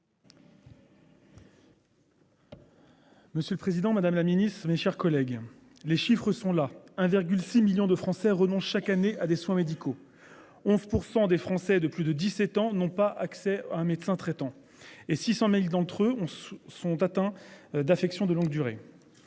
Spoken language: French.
Monsieur le Président Madame la Ministre, mes chers collègues. Les chiffres sont là, 1,6 millions de Français renoncent chaque année à des soins médicaux. 11% des Français de plus de 17 ans n'ont pas accès à un médecin traitant et 600.000 d'entre eux ont se sont atteints d'affections de longue durée.